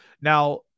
Now